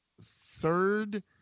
third